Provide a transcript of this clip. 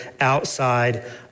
outside